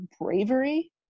bravery